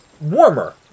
warmer